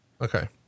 Okay